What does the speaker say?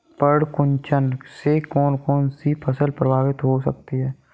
पर्ण कुंचन से कौन कौन सी फसल प्रभावित हो सकती है?